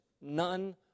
None